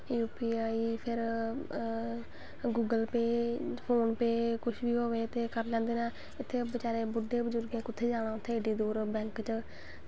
U P I फिर Google Pay PhonePe कुश बी होए ते करी लैंदे नै इत्थें बचैरें बुड्डें बजुर्गें कुत्थें जाना बैंक च